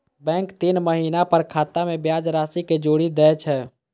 bank तीन महीना पर खाता मे ब्याज राशि कें जोड़ि दै छै